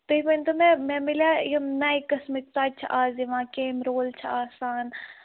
تُہۍ ؤنۍتَو مےٚ مےٚ مِلیٛاہ یِم نَیہِ قٕسمٕکۍ ژۅچہِ چھِ اَز یِوان کرٛیٖم رول چھِ آسان